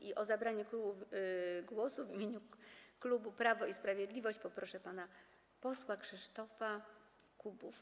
I o zabranie głosu w imieniu klubu Prawo i Sprawiedliwość poproszę pana posła Krzysztofa Kubowa.